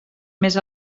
més